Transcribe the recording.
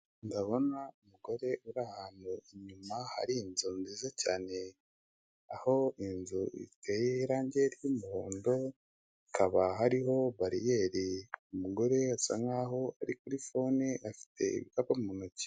Ndabona umugore uri ahantu inyuma hari inzu nziza cyane, aho inzu iteye irangi ry'umuhondo, hakaba hariho bariyeri, umugore asa nkaho ari kuri fone afite ibikapu mu ntoki.